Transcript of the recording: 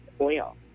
oil